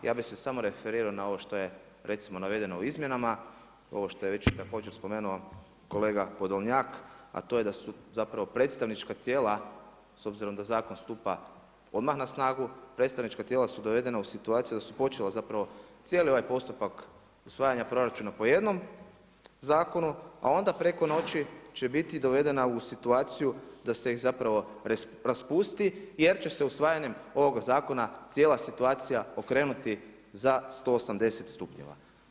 Ja bi se samo referirao na ovo što je recimo navedeno u izmjenama, ovo što je već također spomenuo kolega Podolnjak, a to je da su zapravo predstavnička tijela, s obzirom da zakon stupa odmah na snagu, predstavnička tijela su dovedena u situaciju da su počela zapravo cijeli ovaj postupak usvajanja proračuna po jednom zakonu a onda preko noći će biti dovedena u situaciju da se ih zapravo raspusti jer će se usvajanjem ovog zakona cijela situacija okrenuti za 180 stupnjeva.